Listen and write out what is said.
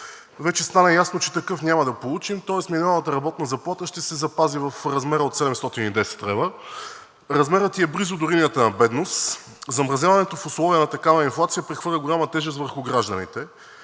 вече стана ясно, че такъв няма да получим, тоест минималната работна заплата ще се запази в размера от 710 лв. Размерът ѝ е близо до линията на бедност. Замразяването в условия на такава инфлация прехвърля голяма тежест върху гражданите.